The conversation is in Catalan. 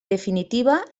definitiva